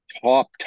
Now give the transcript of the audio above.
top